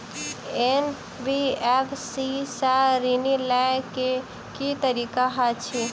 NBFC सँ ऋण लय केँ की तरीका अछि?